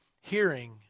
hearing